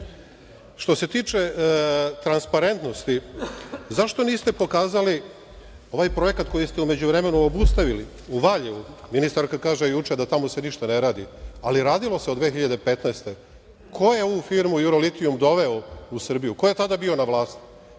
se tiče transparentnosti, zašto niste pokazali ovaj projekat koji ste u međuvremenu obustavili u Valjevu. Ministarka kaže juče da se tamo ništa ne radi, ali radilo se od 2015. godine. Ko je ovu firmu Eurolitijum doveo u Srbiju? Ko je tada bio na vlasti?